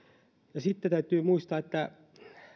sitten täytyy muistaa että